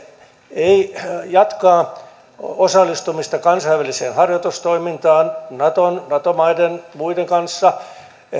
jatkaa osallistumista kansainväliseen harjoitustoimintaan nato maiden muiden kanssa